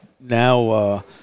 now –